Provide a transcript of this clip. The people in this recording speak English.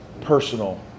personal